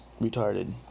retarded